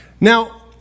Now